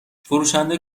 فروشنده